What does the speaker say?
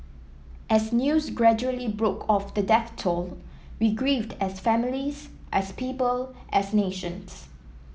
as news gradually broke of the death toll we grieved as families as people as nations